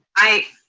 i,